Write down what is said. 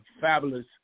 fabulous